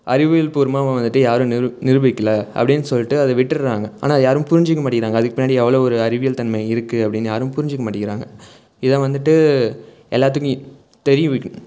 அறிவியல் பூர்வமாக வந்துட்டு யாரும் நிரு நிரூபிக்கலை அப்படின்னு சொல்லிகிட்டு அதை விட்டுடுறாங்க ஆனால் அதை யாரும் புரிஞ்சுக்க மாட்டேங்கிறாங்க அதுக்கு பின்னாடி எவ்வளோ ஒரு அறிவியல் தன்மை இருக்குது அப்படின்னு யாரும் புரிஞ்சுக்க மாட்டேக்கிறாங்க இதை வந்துட்டு எல்லாத்துக்கும் தெரிய வைக்கணும்